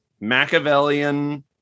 machiavellian